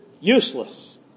useless